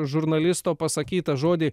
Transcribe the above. žurnalisto pasakytą žodį